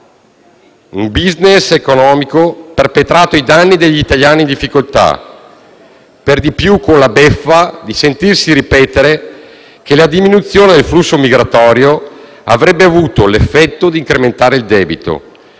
un *business* economico perpetrato ai danni degli italiani in difficoltà, per di più con la beffa di sentirsi ripetere che la diminuzione del flusso migratorio avrebbe avuto l'effetto di incrementare il debito,